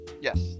Yes